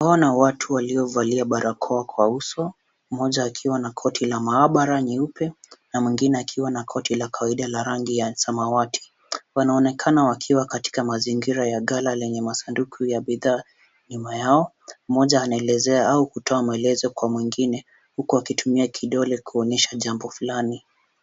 Tunaona watu waliovalia barakoa kwa uso mmoja akiwa na koti la maabara nyeupe na mwengine akiwa na koti la kawaida la rangi ya samawati. Wanaonekana wakiwa katika mazingira ya ghala lenye masanduku ya bidhaa. Nyuma yao mmoja anaelezea au kutoa maelezo kwa mwengine huku akitumia kidole kuonyesha jambo flani.